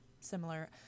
similar